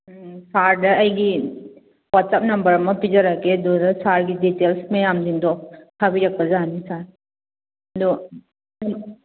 ꯎꯝ ꯁꯥꯔꯗ ꯑꯩꯒꯤ WhatsApp number ꯑꯃ ꯄꯤꯖꯔꯛꯀꯦ ꯑꯗꯨꯗ ꯁꯥꯔꯒꯤ ꯗꯤꯇꯦꯜꯁ ꯃꯌꯥꯝꯁꯤꯡꯗꯣ ꯊꯥꯕꯤꯔꯛꯄ ꯌꯥꯅꯤ ꯁꯥꯔ ꯑꯗꯣ